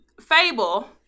fable